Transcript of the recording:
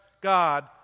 God